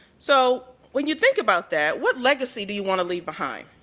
so when you think about that, what legacy do you want to leave behind?